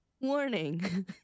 warning